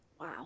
Wow